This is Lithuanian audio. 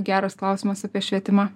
geras klausimas apie švietimą